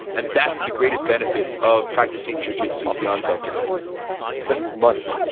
and that's the greatest benefit of practicing jujitsu beyond self defense so it's money.